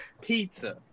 Pizza